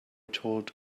told